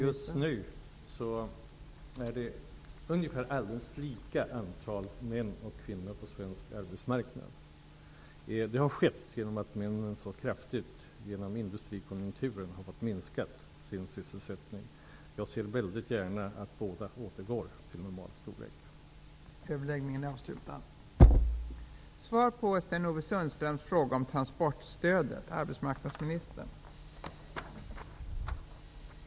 Fru talman! Just nu är antalet män och kvinnor på svensk arbetsmarknad ungefär lika stort. Det har skett genom att männen så kraftigt på grund av industrikonjunkturen har tvingats minska sin sysselsättning. Jag ser mycket gärna att både män och kvinnor återgår till att arbeta i normal omfattning.